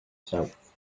south